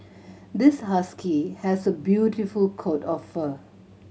this husky has a beautiful coat of fur